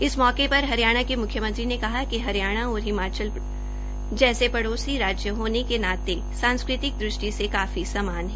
इस मौके पर हरियाणा के मुख्यमंत्री ने कहा कि हरियाणा और हिमाचल पड़ोसी राज्य होने के नाते सांस्कृतिक दृष्टि से काफी समान हैं